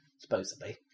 supposedly